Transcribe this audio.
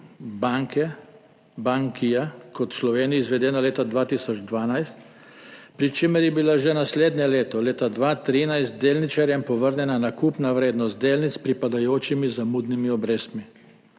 banke Bankia, kot je bila v Sloveniji izvedena leta 2012, pri čemer je bila že naslednje leto, leta 2013, delničarjem povrnjena nakupna vrednost delnic s pripadajočimi zamudnimi obrestmi.